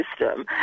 system